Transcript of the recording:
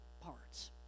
parts